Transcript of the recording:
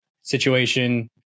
situation